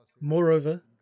Moreover